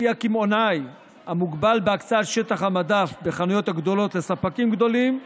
ולפיה קמעונאי המוגבל בהקצאת שטח המדף בחנויות הגדולות לספקים גדולים,